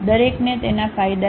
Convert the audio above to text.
દરેકને તેના ફાયદા છે